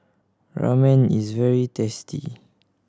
ramen is very tasty